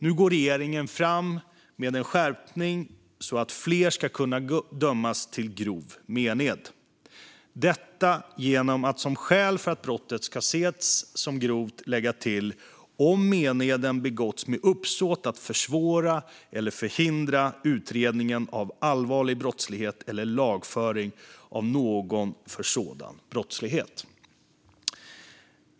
Nu går regeringen fram med en skärpning så att fler ska kunna dömas till grov mened - detta genom att som skäl för att brottet ska ses som grovt lägga till om meneden begåtts med uppsåt att försvåra eller förhindra utredningen av allvarlig brottslighet eller lagföringen av någon för sådan brottslighet.